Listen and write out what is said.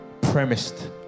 Premised